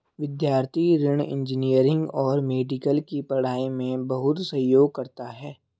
विद्यार्थी ऋण इंजीनियरिंग और मेडिकल की पढ़ाई में बहुत सहयोग करता है